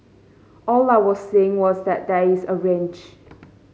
all I was saying was that there is a range